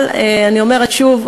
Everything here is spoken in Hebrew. אבל אני אומרת שוב,